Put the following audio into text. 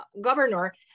governor